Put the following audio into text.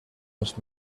els